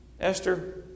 Esther